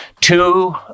two